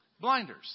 Blinders